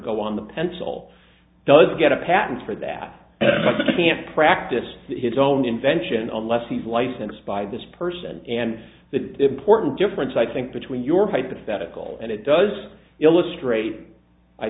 go on the pencil does get a patent for that but they can't practice his own invention unless he's licensed by this person and the important difference i think between your hypothetical and it does illustrate i